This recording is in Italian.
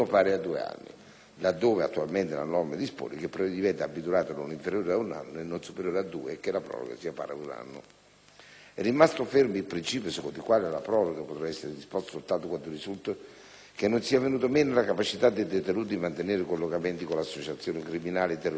(laddove, attualmente, la norma dispone che il provvedimento abbia durata non inferiore ad un anno e non superiore a due e che la proroga sia pari ad un anno). È rimasto fermo il principio secondo il quale la proroga potrà essere disposta soltanto quando risulti che non sia venuta meno la capacità del detenuto di mantenere collegamenti con l'associazione criminale, terroristica o eversiva,